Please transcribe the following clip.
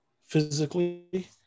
physically